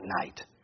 night